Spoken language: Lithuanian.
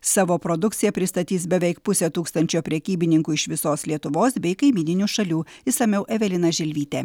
savo produkciją pristatys beveik pusė tūkstančio prekybininkų iš visos lietuvos bei kaimyninių šalių išsamiau evelina želvytė